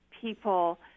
people